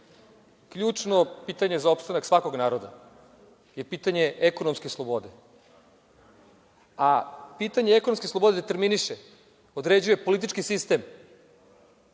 uzmete. Ključno pitanje za opstanak svakog naroda je pitanje ekonomske slobode, a pitanje ekonomske slobode determiniše, određuje politički sistem,